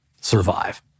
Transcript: survive